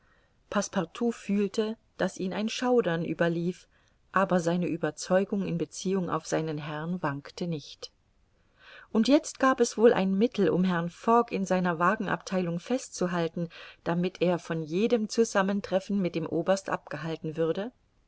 fühlte daß ihn ein schaudern überlief aber seine ueberzeugung in beziehung auf seinen herrn wankte nicht und jetzt gab es wohl ein mittel um herrn fogg in seiner wagenabtheilung festzuhalten damit er von jedem zusammentreffen mit dem oberst abgehalten würde